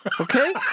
Okay